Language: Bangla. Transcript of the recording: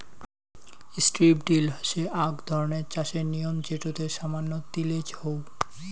স্ট্রিপ ড্রিল হসে আক ধরণের চাষের নিয়ম যেটোতে সামান্য তিলেজ হউ